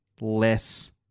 less